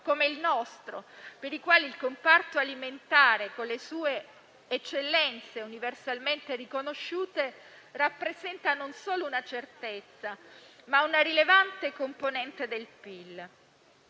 come il nostro, per i quali il comparto alimentare, con le sue eccellenze universalmente riconosciute, rappresenta, non solo una certezza, ma una rilevante componente del PIL.